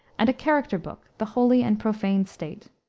and a character book, the holy and profane state.